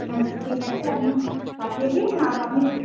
আচ্ছা ঠিক আছে আপনি পাঠিয়ে দিন আর আপনি